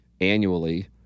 annually